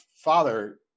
father